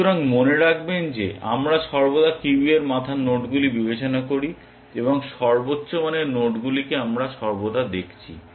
সুতরাং মনে রাখবেন যে আমরা সর্বদা কিউয়ের মাথার নোডগুলি বিবেচনা করি এবং সর্বোচ্চ মানের নোডগুলিকে আমরা সর্বদা দেখছি